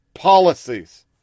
policies